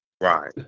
Right